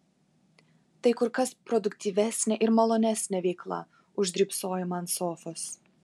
tai kur kas produktyvesnė ir malonesnė veikla už drybsojimą ant sofos